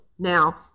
Now